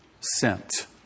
sent